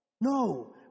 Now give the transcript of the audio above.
No